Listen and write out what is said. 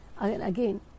Again